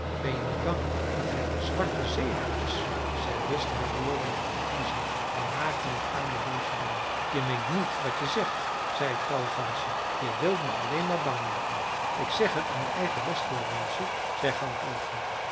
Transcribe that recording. ben je niet bang dat hij een zwarte zeeraaf is ze wist haar woorden goed te kiezen en maakte het arme donsje bang je meent niet wat je zegt zei het grauwe gansje je wilt me alleen maar bang maken ik zeg het om je eigen bestwil donsje zei